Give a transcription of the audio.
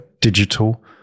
digital